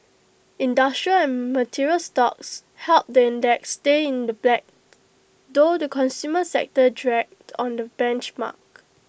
industrial and material stocks helped the index stay in the black though the consumer sector dragged on the benchmark